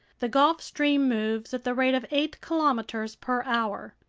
the gulf stream moves at the rate of eight kilometers per hour.